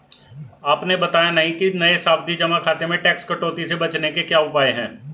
आपने बताया नहीं कि नये सावधि जमा खाते में टैक्स कटौती से बचने के क्या उपाय है?